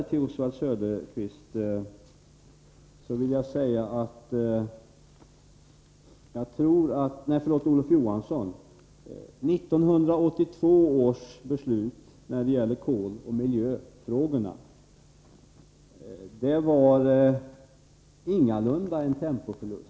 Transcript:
Till slut vill jag vända mig till Olof Johansson och säga att 1982 års beslut om koloch miljöfrågorna ingalunda innebar någon tempoförlust.